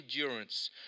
endurance